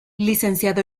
licenciado